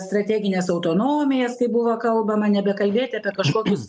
strategines autonomijos tai buvo kalbama nebekalbėti apie kažkokius